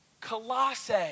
Colossae